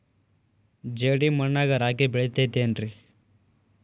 ಜೇಡಿ ಮಣ್ಣಾಗ ರಾಗಿ ಬೆಳಿತೈತೇನ್ರಿ?